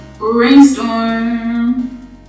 Rainstorm